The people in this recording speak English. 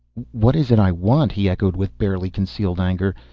what is it i want! he echoed with barely concealed anger.